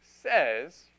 says